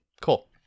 Cool